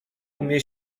umie